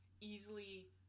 easily